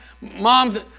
mom